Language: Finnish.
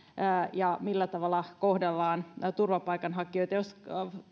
ja millä tavalla kohdellaan turvapaikanhakijoita jos